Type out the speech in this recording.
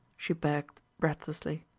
she begged breathlessly.